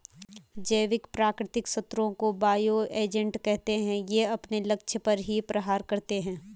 जैविक प्राकृतिक शत्रुओं को बायो एजेंट कहते है ये अपने लक्ष्य पर ही प्रहार करते है